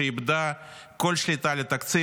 שהיא איבדה כל שליטה על התקציב.